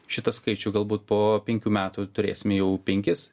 šitą skaičių galbūt po penkių metų turėsim jau penkis